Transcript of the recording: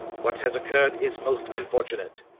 what has occurred is most unfortunate.